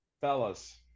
Fellas